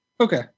Okay